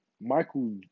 Michael